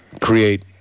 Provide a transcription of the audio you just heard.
create